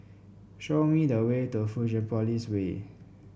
show me the way to Fusionopolis Way